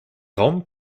raum